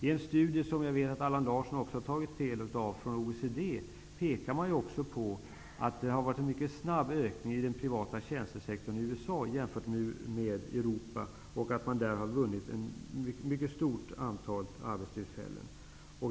I en studie från OECD, som jag vet att Allan Larsson också tagit del av, pekar man på att det har varit en mycket snabb ökning i den privata tjänstesektorn i USA, jämfört med Europa, och att man har vunnit ett mycket stort antal arbetstillfällen.